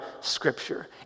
scripture